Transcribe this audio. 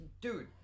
Dude